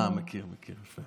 אה, מכיר, מכיר.